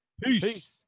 Peace